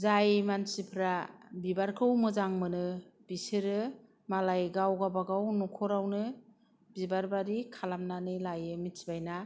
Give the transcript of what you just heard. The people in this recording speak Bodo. जाय मानसिफोरा बिबारखौ मोजां मोनो बिसोरो मालाय गाव गावबागाव न'खरावनो बिबारबारि खालामनानै लायो मिथिबायना